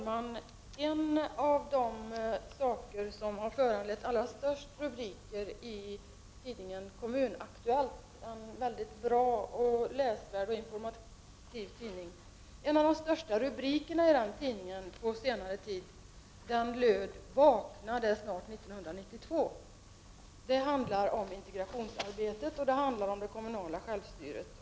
Herr talman! En av de största rubrikerna i tidningen Kommun — Aktuellt — en mycket bra, läsvärd och informativ tidning — på senare tid lyder: Vakna, det är snart 1992. Artikeln handlade om integrationsarbetet och om det kommunala självstyret.